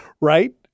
right